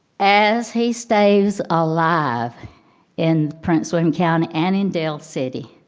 as he stays alive in prince william county and in dale city.